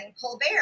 Colbert